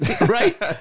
Right